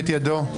אנחנו.